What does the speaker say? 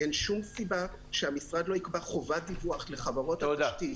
אין שום סיבה שהמשרד לא יקבע חובת דיווח לחברות התשתית